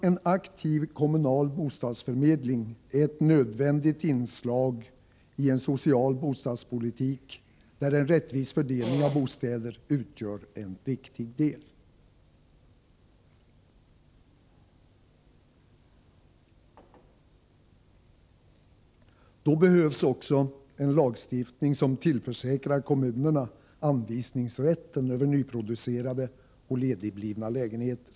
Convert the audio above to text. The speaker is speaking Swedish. En aktiv kommunal bostadsförmedling är ett nödvändigt inslag i en social bostadspolitik, där en rättvis fördelning av bostäder utgör en viktig del. Då behövs också en lagstiftning som tillförsäkrar kommunerna anvisningsrätten för nyproducerade och ledigblivna lägenheter.